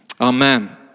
Amen